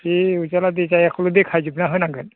दे अरजाला दे जायगाखौल' देखाय जोबना होनांगोन